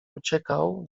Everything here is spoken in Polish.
uciekał